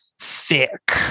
thick